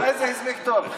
לא, איזה הספק טוב?